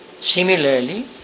similarly